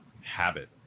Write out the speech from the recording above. habit